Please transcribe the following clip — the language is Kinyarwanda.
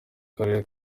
karere